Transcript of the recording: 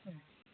उम